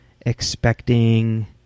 expecting